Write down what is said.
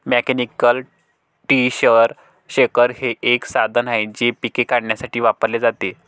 mechanical tree shaker हे एक साधन आहे जे पिके काढण्यासाठी वापरले जाते